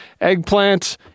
eggplant